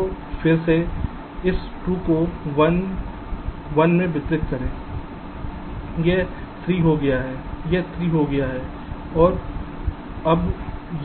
तो फिर से इस 2 को 1 1 में वितरित करें यह 3 हो गया है यह 3 हो गया है और अब